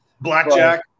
Blackjack